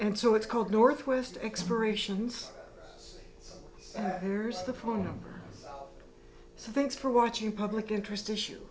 and so it's called northwest expirations hears the phone number so thanks for watching public interest issue